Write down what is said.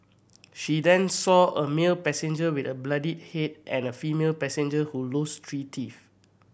she then saw a male passenger with a bloodied head and a female passenger who lost three teeth